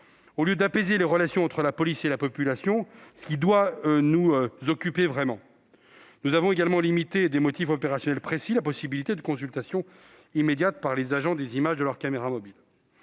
au lieu d'apaiser les relations entre la police et la population, ce qui doit être notre première préoccupation. Nous avons également limité à des motifs opérationnels précis la possibilité de consultation immédiate par les agents des images de leurs caméras mobiles.